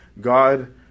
God